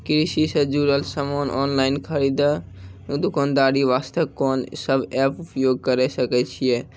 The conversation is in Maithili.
कृषि से जुड़ल समान ऑनलाइन खरीद दुकानदारी वास्ते कोंन सब एप्प उपयोग करें सकय छियै?